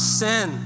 sin